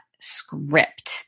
script